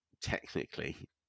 technically